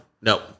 no